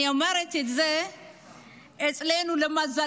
אני אומרת את זה כי למזלנו,